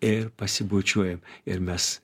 ir pasibučiuojam ir mes